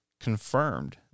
confirmed